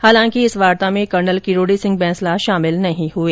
हालांकि इस बार्ता में कर्नल किरोड़ी सिंह बैंसला शामिल नहीं हुए